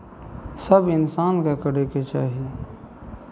सभ इंसानकेँ करयके चाही